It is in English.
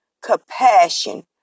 compassion